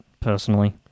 personally